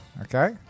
okay